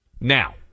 Now